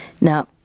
Now